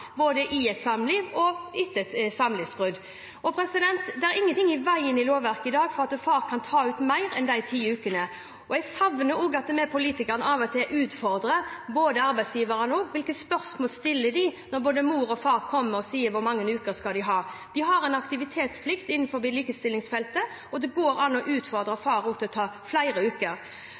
både i et samliv og etter et samlivsbrudd. Det er ingenting i veien i lovverket i dag for at far kan ta ut mer enn de ti ukene, og jeg savner at vi politikere også av og til utfordrer arbeidsgiverne, med hensyn til hvilke spørsmål de stiller når både mor og far kommer og sier hvor mange uker de skal ha. De har en aktivitetsplikt innenfor likestillingsfeltet, og det går an å utfordre far til å ta flere uker.